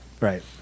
Right